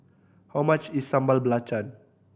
how much is Sambal Belacan